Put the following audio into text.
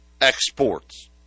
exports